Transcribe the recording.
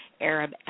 Arab